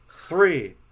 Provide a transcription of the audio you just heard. Three